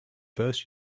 first